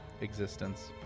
existence